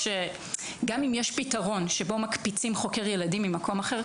גם אם יש פתרון שבו מקפיצים חוקר ילדים ממקום אחר,